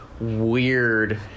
weird